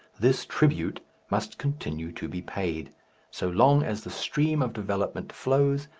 this tribute must continue to be paid so long as the stream of development flows,